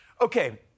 Okay